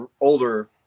older